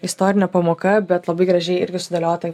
istorinė pamoka bet labai gražiai irgi sudėliota